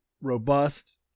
robust